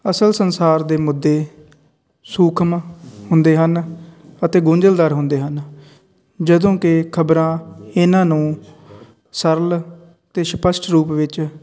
ਅਸਲ ਸੰਸਾਰ ਦੇ ਮੁੱਦੇ ਸੂਖਮ ਹੁੰਦੇ ਹਨ ਅਤੇ ਗੁੰਝਲਦਾਰ ਹੁੰਦੇ ਹਨ ਜਦੋਂ ਕਿ ਖ਼ਬਰਾਂ ਇਹਨਾਂ ਨੂੰ ਸਰਲ ਅਤੇ ਸਪੱਸ਼ਟ ਰੂਪ ਵਿੱਚ